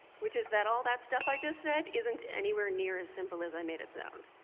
which is that all that stuff i just said isn't anywhere near as simple as i made it sound.